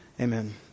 Amen